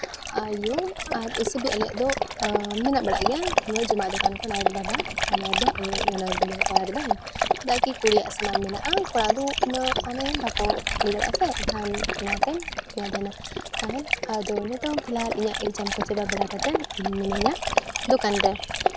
ᱟᱭᱩ ᱟᱨ ᱮᱥᱮᱜᱮ ᱟᱞᱮᱭᱟᱜ ᱫᱚ ᱢᱮᱱᱟᱜ ᱵᱟᱲᱟᱜ ᱜᱮᱭᱟ ᱡᱚᱢᱟᱜ ᱫᱚᱠᱟᱱ ᱠᱚ ᱟᱞᱮ ᱚᱱᱟ ᱨᱮᱫᱚ ᱪᱮᱫᱟᱜ ᱠᱤ ᱠᱩᱲᱤᱭᱟᱜ ᱥᱟᱢᱟᱱ ᱢᱮᱱᱟᱜᱟ ᱠᱚᱲᱟ ᱫᱚ ᱩᱱᱟᱹᱜ ᱢᱟᱱᱮ ᱵᱟᱠᱚ ᱞᱟᱹᱭ ᱫᱟᱲᱮᱭᱟᱜᱼᱟ ᱥᱮ ᱢᱮᱱᱠᱷᱟᱱ ᱚᱱᱟᱛᱮᱧ ᱞᱟᱹᱭᱮᱫ ᱛᱟᱦᱮᱱᱟ ᱛᱟᱦᱮᱱ ᱟᱫᱚ ᱱᱤᱛᱚᱝ ᱯᱷᱤᱞᱦᱟᱞ ᱤᱧᱟᱹᱜ ᱮᱠᱡᱟᱢ ᱠᱚ ᱪᱟᱵᱟ ᱵᱟᱲᱟ ᱠᱟᱛᱮᱫ ᱤᱧ ᱢᱤᱱᱟᱹᱧᱟ ᱫᱚᱠᱟᱱ ᱨᱮ